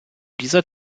dieser